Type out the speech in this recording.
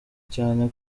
cyane